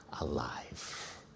alive